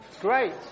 Great